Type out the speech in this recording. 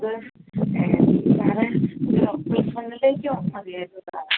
അത് സാറെ ഒരു പ്ലസ് വണ്ണിലേക്ക് മതിയായിരുന്നു സാറെ